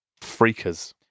freakers